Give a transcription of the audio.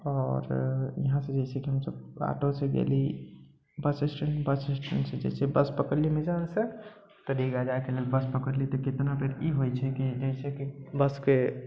आओर यहाँसँ जइसे कि हम सभ आटोसँ गेली बस स्टैण्ड बस स्टैण्डसँ जइसे बस पकड़ली मेजरगन्जसँ तऽ रीगा जाइके लेल बस पकड़लीह तऽ कितना बेर ई होइ छै कि जइसे कि बसके